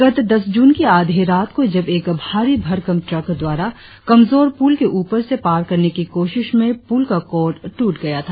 गत दस जून की आधी रात को जब एक भारी भरकम ट्रक द्वारा कमजोर पुल के उपर से पार करने की कोशिश में पुल का कॉर्ड टूट गया था